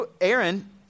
Aaron